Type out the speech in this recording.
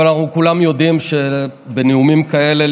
אנחנו כולנו יודעים שבנאומים כאלה,